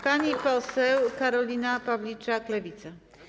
Pani poseł Karolina Pawliczak, Lewica.